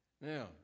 Now